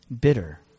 bitter